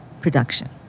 production